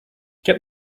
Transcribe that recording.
get